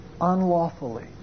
unlawfully